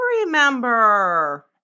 remember